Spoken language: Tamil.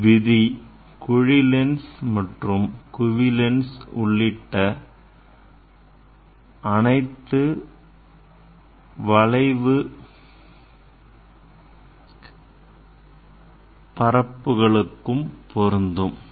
இவ்விதி குழி லென்ஸ் மற்றும் குவி லென்ஸ் உள்ளிட்ட வளைவு பரப்புகளுக்கும் பொருந்தும்